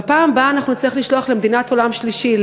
בפעם הבאה אנחנו נצטרך לשלוח למדינת עולם שלישי,